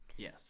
Yes